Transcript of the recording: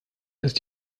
ist